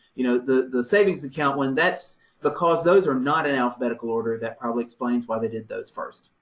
you know, the savings account one, that's because those are not in alphabetical order, that probably explains why they did those first.